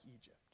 Egypt